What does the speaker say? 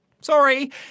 Sorry